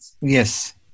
Yes